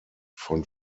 von